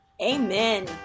Amen